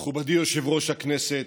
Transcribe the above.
מכובדי יושב-ראש הכנסת,